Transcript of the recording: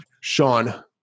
Sean